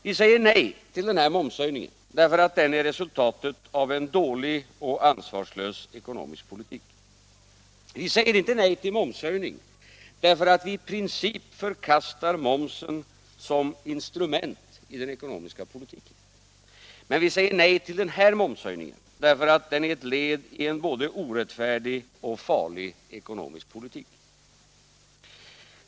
Vi säger nej till den här momshöjningen, därför att den är resultatet av en dålig och ansvarslös ekonomisk politik. Vi säger inte nej till momshöjningen, därför att vi i princip förkastar momsen som instrument i den ekonomiska politiken, men vi säger nej till den här momshöjningen, därför att den är ett led i en både orättfärdig och farlig ekonomisk politik.